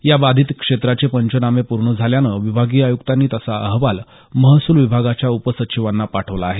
या बाधित क्षेत्राचे पंचनामे पूर्ण झाल्याने विभागीय आयुक्तांनी तसा अहवाल महसूल विभागाच्या उपसचिवांना पाठवला आहे